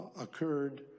occurred